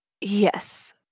Yes